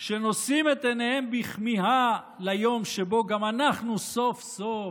שנושאים את עיניהם בכמיהה ליום שבו גם אנחנו סוף-סוף